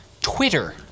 Twitter